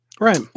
Right